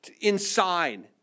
inside